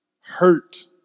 hurt